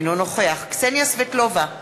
אינו נוכח קסניה סבטלובה,